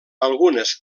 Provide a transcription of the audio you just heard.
algunes